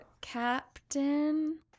Captain